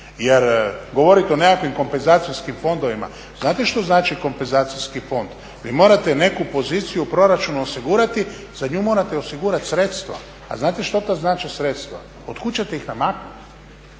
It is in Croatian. Jer govoriti o nekakvim kompenzacijskim fondovima, znate što znači kompenzacijski fond? Vi morate neku poziciju u proračunu osigurati za nju morate osigurati sredstva. A znate što to znači sredstva, od kuda ćete ih namaknuti?